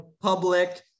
public